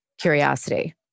curiosity